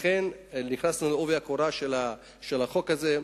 לכן נכנסו בעובי הקורה של החוק הזה.